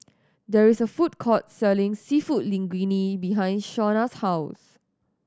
there is a food court selling Seafood Linguine behind Shawnna's house